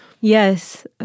Yes